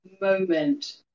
moment